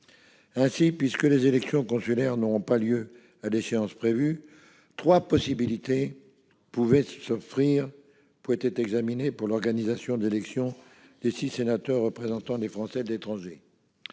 saisi. Comme les élections consulaires n'auront pas lieu à l'échéance prévue, trois solutions pouvaient être envisagées pour l'organisation de l'élection des six sénateurs représentant les Français de l'étranger